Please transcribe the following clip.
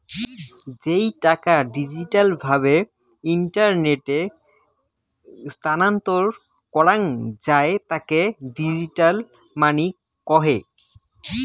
যেই টাকা ডিজিটাল ভাবে ইন্টারনেটে স্থানান্তর করাঙ যাই তাকে ডিজিটাল মানি কহে